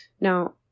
Now